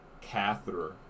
catheter